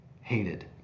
hated